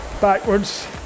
backwards